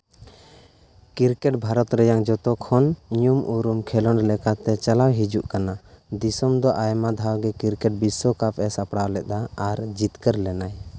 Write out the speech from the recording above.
cricket Bharat ᱨᱮᱭᱟᱜ ᱡᱚᱛᱚ ᱠᱷᱚᱱ ᱧᱩᱢ ᱩᱨᱩᱢ ᱠᱷᱮᱞᱚᱸᱰ ᱞᱮᱠᱟᱛᱮ ᱪᱟᱞᱟᱣ ᱦᱤᱡᱩᱜ ᱠᱟᱱᱟ ᱫᱤᱥᱚᱢ ᱫᱚ ᱟᱭᱢᱟ ᱫᱷᱟᱣ ᱜᱮ ᱠᱨᱤᱠᱮᱴ ᱵᱤᱥᱥᱚᱠᱟᱯ ᱮ ᱥᱟᱯᱣᱟᱲ ᱞᱮᱫᱟ ᱟᱨ ᱡᱤᱛᱠᱟᱹᱨ ᱞᱮᱱᱟᱭ